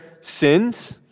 sins